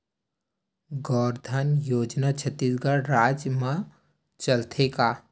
गौधन योजना छत्तीसगढ़ राज्य मा चलथे का?